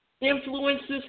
influences